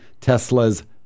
Tesla's